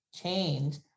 change